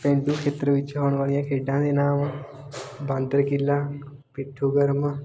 ਪੇਂਡੂ ਖੇਤਰ ਵਿੱਚ ਆਉਣ ਵਾਲੀਆਂ ਖੇਡਾਂ ਦੇ ਨਾਮ ਬਾਂਦਰ ਕਿੱਲਾ ਪਿੱਠੂ ਗਰਮ